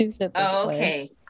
okay